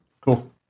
Cool